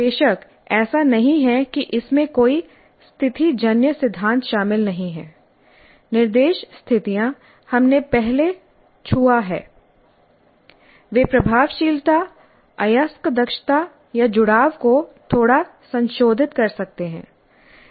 बेशक ऐसा नहीं है कि इसमें कोई स्थितिजन्य सिद्धांत शामिल नहीं हैं निर्देश स्थितियां हमने पहले छुआ है वे प्रभावशीलता अयस्क दक्षता या जुड़ाव को थोड़ा संशोधित कर सकते हैं